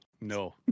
No